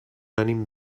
ànim